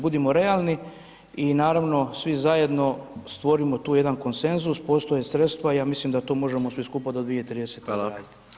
Budimo realni i naravno, svi zajedno stvorimo tu jedan konsenzus, postoje sredstva i ja mislim da to možemo svi skupa do 2030. uraditi.